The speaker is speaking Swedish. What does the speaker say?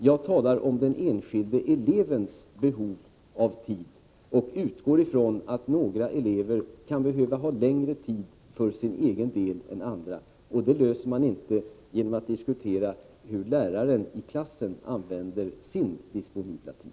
Jag talar om den enskilde elevens behov av tid och utgår från att några elever kan behöva ha längre tid för sin egen del än andra, och det problemet löser man inte genom att diskutera hur läraren i klassen använder sin disponibla tid.